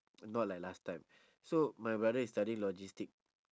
not like last time so my brother is studying logistic